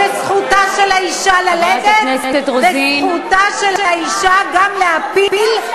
שזכותה של האישה ללדת וזכותה של האישה גם להפיל,